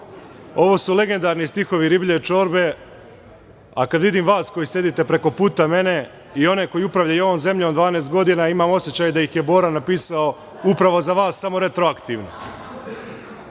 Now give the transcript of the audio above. su legendarni stihovi Riblje Čorbe, a kada vidim vas koji sedite preko puta mene i one koji upravljaju ovom zemljom 12 godina, imam osećaj da ih je Bora napisao upravo za vas samo retroaktivno.U